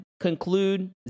conclude